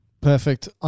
Perfect